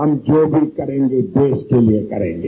हम जो भी करेंगे देश के लिये करेंगे